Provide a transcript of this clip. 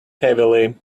heavily